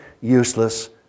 useless